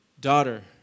daughter